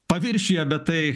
paviršiuje bet tai